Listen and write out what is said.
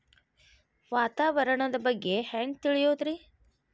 ವಾತಾವರಣದ ಬಗ್ಗೆ ಹ್ಯಾಂಗ್ ತಿಳಿಯೋದ್ರಿ?